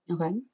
Okay